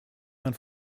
man